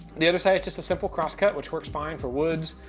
the other side, it's just a simple cross-cut, which works fine for woods.